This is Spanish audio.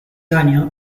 año